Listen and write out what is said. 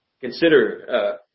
Consider